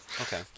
Okay